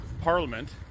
Parliament